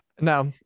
Now